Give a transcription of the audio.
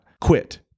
quit